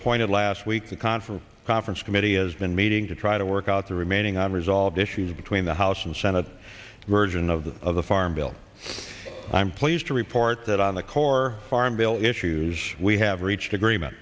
appointed last week the conference conference committee has been meeting to try to work out the remaining on resolved issues between the house and senate version of the of the farm bill i'm pleased to report that on the core farm bill issues we have reached agreement